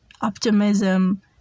optimism